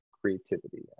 creativity